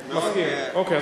אוקיי.